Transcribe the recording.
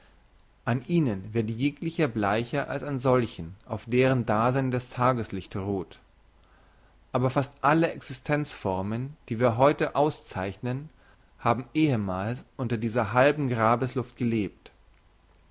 an ihnen wird jegliches bleicher als an solchen auf deren dasein das tageslicht ruht aber fast alle existenzformen die wir heute auszeichnen haben ehemals unter dieser halben grabesluft gelebt